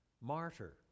martyr